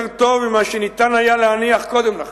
טוב ממה שניתן היה להניח קודם לכן.